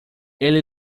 ele